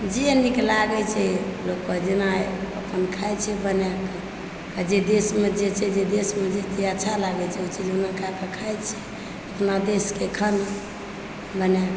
जे नीक लागए छै लोकके जेना अपन खाय छै बनाके आ जे देशमे जे छै देशमे जे चीज अच्छा लागय छै ओ चीज बनाए कऽ खाइत छै अपना देशकेँ खाना बनाए कऽ